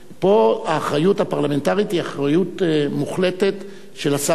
פה האחריות הפרלמנטרית היא אחריות מוחלטת של השר עצמו,